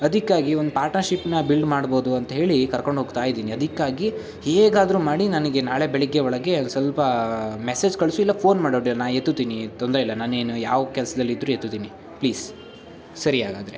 ಅದಕ್ಕಾಗಿ ಒಂದು ಪಾರ್ಟ್ನರ್ಶಿಪ್ನ ಬಿಲ್ಡ್ ಮಾಡ್ಬೋದು ಅಂತೇಳಿ ಕರ್ಕೊಂಡು ಹೋಗ್ತಾ ಇದ್ದೀನಿ ಅದಕ್ಕಾಗಿ ಹೇಗಾದರೂ ಮಾಡಿ ನನಗೆ ನಾಳೆ ಬೆಳಿಗ್ಗೆ ಒಳಗೆ ಅದು ಸ್ವಲ್ಪ ಮೆಸೇಜ್ ಕಳಿಸು ಇಲ್ಲ ಫೋನ್ ಮಾಡು ಅಡ್ಡಿಲ್ಲ ನಾನು ಎತ್ತುತ್ತೀನಿ ತೊಂದರೆ ಇಲ್ಲ ನಾನು ಏನು ಯಾವ ಕೆಲ್ಸದಲ್ಲಿದ್ರೂ ಎತ್ತುತ್ತೀನಿ ಪ್ಲೀಸ್ ಸರಿ ಹಾಗಾದರೆ